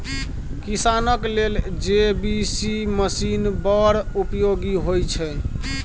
किसानक लेल JCB machine बड़ उपयोगी होइ छै